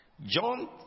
John